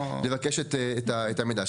לבקש את המידע.